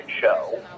show